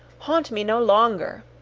haunt me no longer!